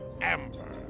Amber